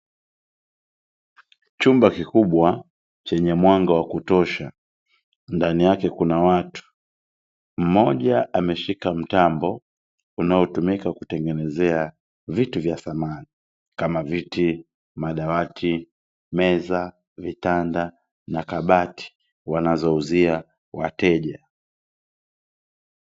Chumba kikubwa chenye mwanga wa kutosha ndani yake kuna watu mmoja ameshika mtambo unaotumika kutengeneza vitu vya samani kama viti, madawati, meza, vitanda na kabati wanazouzia wateja.